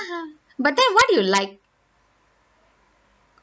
aha but then what you like